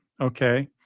okay